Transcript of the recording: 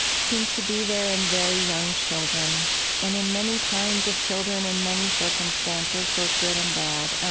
seems to be there in very young children and in many kinds of children in many circumstances, both good and bad.